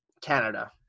Canada